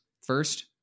first